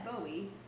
Bowie